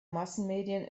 massenmedien